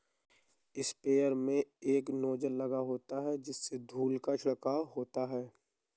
sprayer में एक nozzle लगा होता है जिससे धूल का छिड़काव होता है